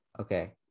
Okay